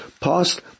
passed